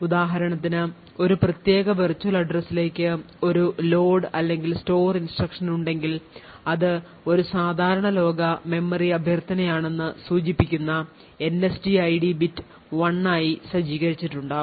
ഉദാഹരണത്തിന് ഒരു പ്രത്യേക virtual address ലേക്ക് ഒരു ലോഡ് അല്ലെങ്കിൽ store instruction ഉണ്ടെങ്കിൽ അത് ഒരു സാധാരണ ലോക മെമ്മറി അഭ്യർത്ഥനയാണെന്ന് സൂചിപ്പിക്കുന്ന NSTID ബിറ്റ് 1 ആയി സജ്ജീകരിച്ചിട്ടുണ്ടാവും